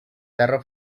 terra